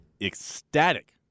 ecstatic